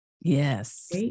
Yes